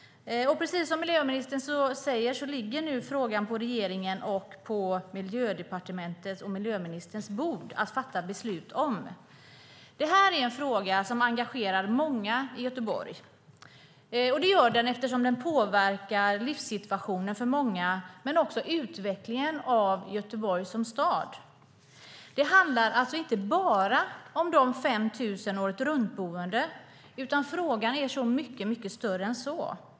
Precis som miljöministern säger ligger frågan nu hos regeringen, på Miljödepartementet och på miljöministerns bord för att man ska fatta beslut om den. Det här är en fråga som engagerar många i Göteborg. Det gör den eftersom den påverkar livssituationen för många men också utvecklingen av Göteborg som stad. Det handlar alltså inte bara om de 5 000 åretruntboende, utan frågan är mycket större än så.